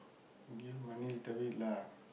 give money little bit lah